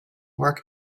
work